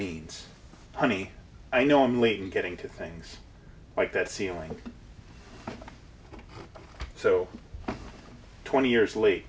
means honey i normally get into things like that ceiling so twenty years later